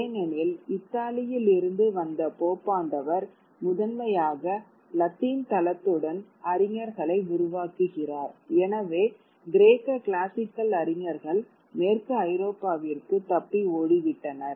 ஏனெனில் இத்தாலியிலிருந்து வந்த போப்பாண்டவர் முதன்மையாக லத்தீன் தளத்துடன் அறிஞர்களை உருவாக்குகிறார் எனவே கிரேக்க கிளாசிக்கல் அறிஞர்கள் மேற்கு ஐரோப்பாவிற்கு தப்பி ஓடிவிட்டனர்